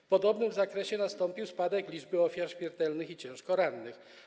W podobnym zakresie nastąpił spadek liczby ofiar śmiertelnych i ciężko rannych.